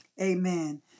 amen